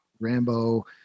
Rambo